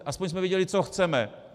Aspoň jsme věděli, co chceme.